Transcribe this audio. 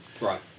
Right